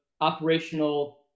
operational